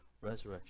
resurrection